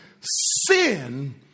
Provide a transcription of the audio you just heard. sin